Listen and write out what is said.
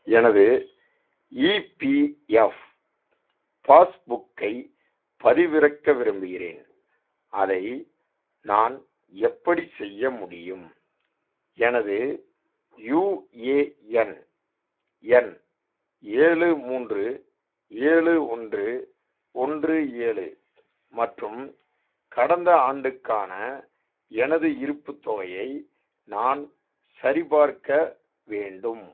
எனது ஈபிஎஃப் பாஸ்புக்கைப் பதிவிறக்க விரும்புகிறேன் அதை நான் எப்படிச் செய்ய முடியும் எனது யுஏஎன் எண் ஏழு மூன்று ஏழு ஒன்று ஒன்று ஏழு மற்றும் கடந்த ஆண்டுக்கான எனது இருப்பு தொகையை நான் சரிபார்க்க வேண்டும்